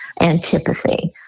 antipathy